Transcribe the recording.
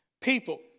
people